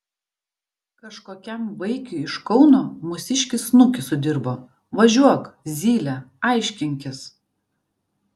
kažkokiam vaikiui iš kauno mūsiškis snukį sudirbo važiuok zyle aiškinkis